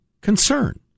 concern